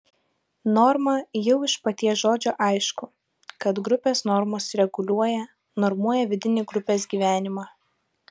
norma jau iš paties žodžio aišku kad grupės normos reguliuoja normuoja vidinį grupės gyvenimą